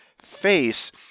face